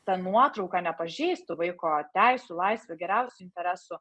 ta nuotrauka nepažeistų vaiko teisių laisvių geriausių interesų